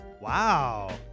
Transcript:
Wow